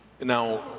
Now